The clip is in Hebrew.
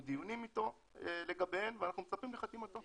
דיונים איתו לגביהן ואנחנו מצפים לחתימתו.